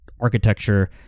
architecture